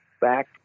Back